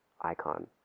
Icon